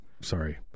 Sorry